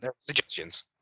Suggestions